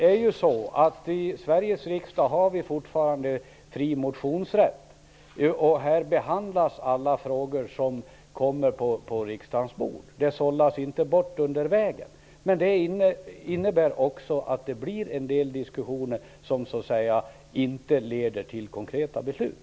Fru talman! I Sveriges riksdag har vi fortfarande fri motionsrätt. Här behandlas alla frågor som kommer på riksdagens bord. De sållas inte bort under vägen. Det innebär också att det blir en del diskussioner som så att säga inte leder till konkreta beslut.